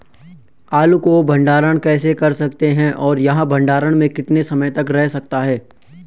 आलू को भंडारण कैसे कर सकते हैं और यह भंडारण में कितने समय तक रह सकता है?